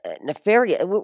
Nefarious